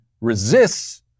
resists